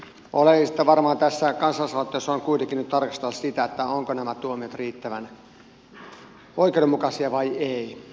oleellista varmaan tässä kansalaisaloitteessa on kuitenkin nyt tarkastella sitä ovatko nämä tuomiot riittävän oikeudenmukaisia vai eivät